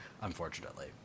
unfortunately